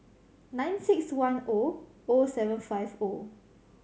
nine six one O O seven five O